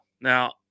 Now